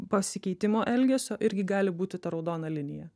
pasikeitimo elgesio irgi gali būti ta raudona linija